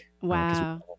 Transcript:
Wow